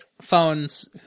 phones